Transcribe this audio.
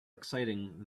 exciting